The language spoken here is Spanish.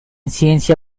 ciencia